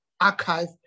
archive